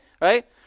Right